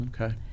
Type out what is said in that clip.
Okay